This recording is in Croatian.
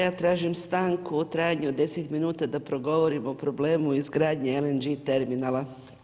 Ja tražim stanku u trajanju od 10 minuta da progovorim o problemu izgradnje Lng Terminala.